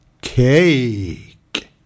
cake